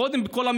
קודם כול,